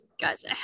guys